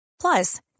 Plus